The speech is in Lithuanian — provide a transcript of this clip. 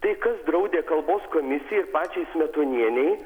tai kas draudė kalbos komisijai ir pačiai smetonienei